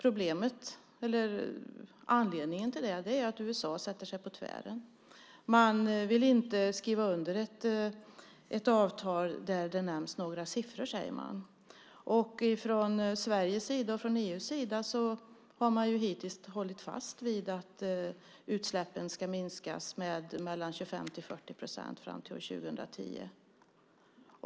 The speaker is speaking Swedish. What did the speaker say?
Anledningen till det är att USA sätter sig på tvären. De vill inte skriva under ett avtal där det nämns några siffror, säger de. Sverige och EU har hittills hållit fast vid att utsläppen ska minskas med mellan 25 och 40 procent fram till år 2010.